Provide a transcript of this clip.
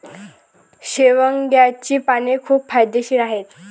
शेवग्याची पाने खूप फायदेशीर आहेत